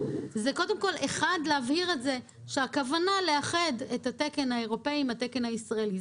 זה להבהיר שהכוונה לאחד את התקן האירופי עם התקן הישראלי.